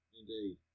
Indeed